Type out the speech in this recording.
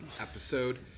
Episode